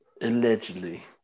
allegedly